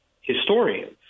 historians